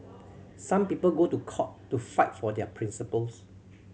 some people go to court to fight for their principles